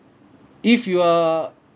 if you are